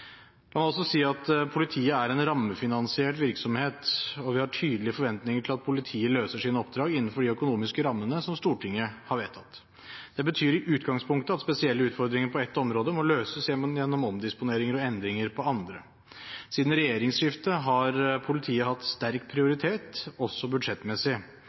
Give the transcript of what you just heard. La meg også si at politiet er en rammefinansiert virksomhet, og vi har tydelige forventninger til at politiet løser sine oppdrag innenfor de økonomiske rammene som Stortinget har vedtatt. Det betyr i utgangspunktet at spesielle utfordringer på ett område må løses gjennom omdisponeringer og endringer på andre. Siden regjeringsskiftet har politiet hatt sterk prioritet også budsjettmessig.